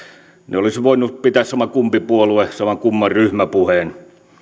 ne olisi voinut pitää sama puolue sama kummankin ryhmäpuheen